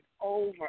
over